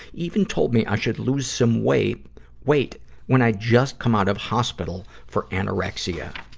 even told me i should lose some weight weight when i'd just come out of hospital for anorexia.